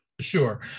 Sure